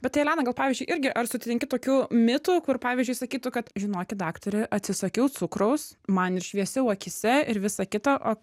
bet tai elena gal pavyzdžiui irgi ar sutinki tokiu mitu kur pavyzdžiui sakytų kad žinokit aktorė atsisakiau cukraus man ir šviesiau akyse ir visa kita o